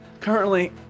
currently